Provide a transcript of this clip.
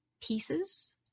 pieces